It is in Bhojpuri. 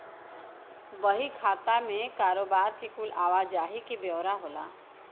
बही खाता मे कारोबार के कुल आवा जाही के ब्योरा होला